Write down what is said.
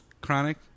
Chronic